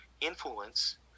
influence